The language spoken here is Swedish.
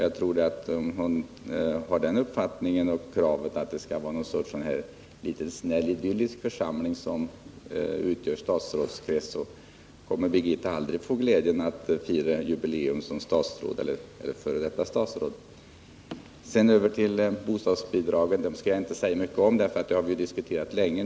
Men om hon har den uppfattningen och det kravet att en snäll och idyllisk församling skall utgöra statsrådskretsen, tror jag att Birgitta aldrig får glädjen att fira ett jubileum som statsråd eller f. d. statsråd. Sedan över till bostadsbidragen. Jag skall inte säga mycket om dem, eftersom vi redan har diskuterat dem länge.